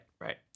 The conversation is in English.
right